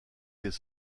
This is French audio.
des